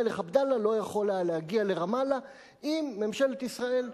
המלך עבדאללה לא יכול היה להגיע לרמאללה אם ממשלת ישראל,